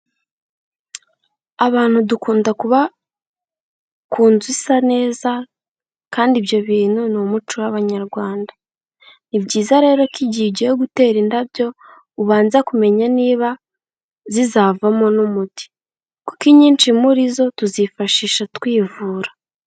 Abantu dukunda kuba ku nzu isa neza kandi ibyo bintu ni umuco w'Abanyarwanda, ni byiza rero ko igihe ugiye gutera indabyo ubanza kumenya niba zizavamo n'umuti kuko inyinshi muri zo tuzifashisha twivura.